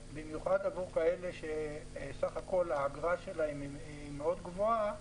במיוחד עבור כאלה שהאגרה שלהם היא מאוד גבוהה,